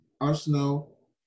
Arsenal